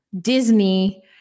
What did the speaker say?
Disney